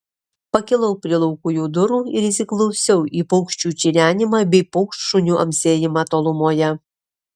pakilau prie laukujų durų ir įsiklausiau į paukščių čirenimą bei paukštšunių amsėjimą tolumoje